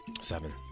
Seven